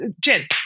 Jen